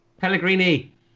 Pellegrini